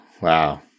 Wow